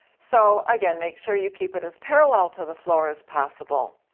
so again make sure you keep it as parallel to the floor as possible.